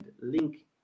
link